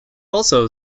also